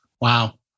Wow